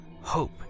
hope